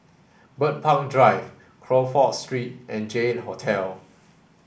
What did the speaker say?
Bird Park Drive Crawford Street and J eight Hotel